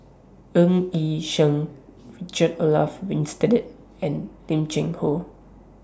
Ng Yi Sheng Richard Olaf Winstedt and Lim Cheng Hoe